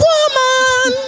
Woman